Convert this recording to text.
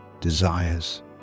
desires